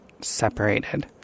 separated